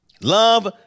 Love